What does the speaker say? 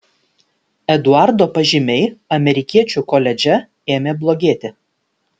eduardo pažymiai amerikiečių koledže ėmė blogėti